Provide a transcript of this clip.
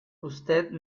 usted